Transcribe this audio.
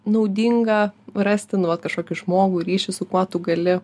naudinga rasti nu vat kažkokį žmogų ryšį su kuo tu gali